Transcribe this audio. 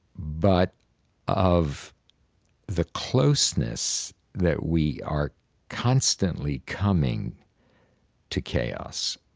but of the closeness that we are constantly coming to chaos.